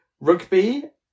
Rugby